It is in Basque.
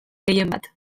gehienbat